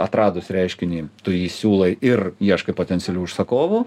atradus reiškinį tu jį siūlai ir ieškai potencialių užsakovų